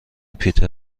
پیتر